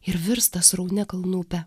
ir virsta sraunia kalnų upe